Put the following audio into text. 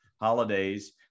holidays